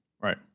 Right